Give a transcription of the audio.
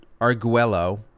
Arguello